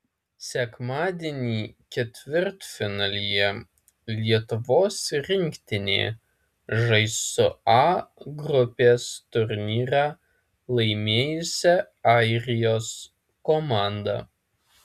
sekmadienį ketvirtfinalyje lietuvos rinktinė žais su a grupės turnyrą laimėjusia airijos komanda